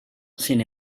sin